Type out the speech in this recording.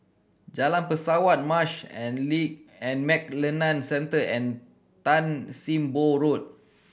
Jalan Pesawat Marsh and Lee and McLennan Centre and Tan Sim Boh Road